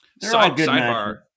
Sidebar